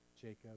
Jacob